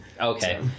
okay